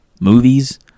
movies